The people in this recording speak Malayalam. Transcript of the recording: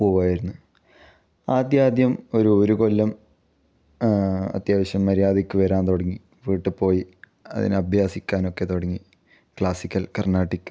പോവുമായിരുന്നു ആദ്യാദ്യം ഒരു ഒരു കൊല്ലം അത്യാവശ്യം മര്യാദയ്ക്ക് വരാൻ തുടങ്ങി വീട്ടിൽ പോയി അതിന് അഭ്യസിക്കാനൊക്കെ തുടങ്ങി ക്ലാസ്സിക്കൽ കർണ്ണാടിക്